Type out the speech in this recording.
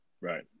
right